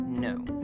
No